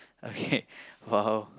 okay !wow!